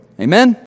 Amen